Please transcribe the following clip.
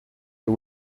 you